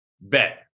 Bet